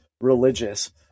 religious